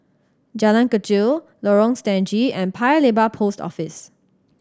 Jalan Kechil Lorong Stangee and Paya Lebar Post Office